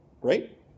right